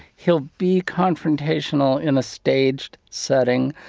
he'll be confrontational in a staged setting.